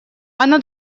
оно